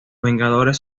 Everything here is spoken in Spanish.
vengadores